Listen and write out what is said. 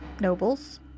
nobles